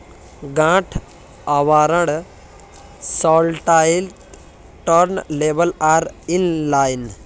गांठ आवरण satellite turntable are in line